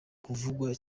kuvugwa